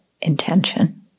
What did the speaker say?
intention